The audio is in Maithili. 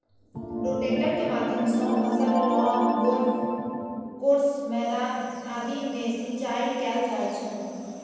रोटेटर के माध्यम सं फसल, लॉन, गोल्फ कोर्स, मैदान आदि मे सिंचाइ कैल जाइ छै